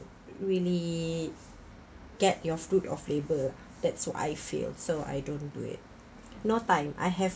really get your fruit of labour that so I feel so I don't do it no time I have